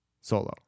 Solo